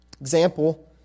Example